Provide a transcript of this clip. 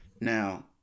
Now